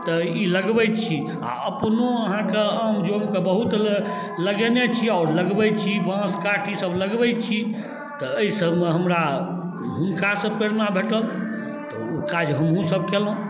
तऽ ई लगबै छी आओर अपनो अहाँके आम जौमके बहुत लऽ लगेने छी आओर लगबै छी बाँस काठीसब लगबै छी तऽ एहि सबमे हमरा हुनकासँ प्रेरणा भेटल तऽ ओ काज हमहूँसब कएलहुँ